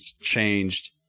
changed